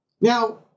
Now